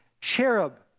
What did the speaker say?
cherub